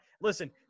Listen